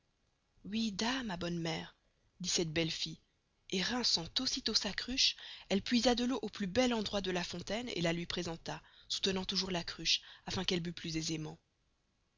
da ma bonne mere dit cette belle fille et rinçant aussi tost sa cruche elle puisa de l'eau au plus bel endroit de la fontaine et la lui presenta soûtenant toûjours la cruche afin qu'elle bût plus aisément